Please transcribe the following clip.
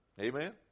Amen